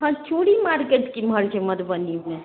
हँ चूड़ी मार्केट केमहर छै मधुबनीमे